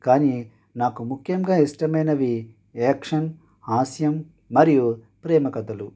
కానీ నాకు ముఖ్యంగా ఇష్టమైనవి యాక్షన్ హాస్యం మరియు ప్రేమ కథలు